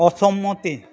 অসম্মতি